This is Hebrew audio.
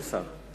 אין שר.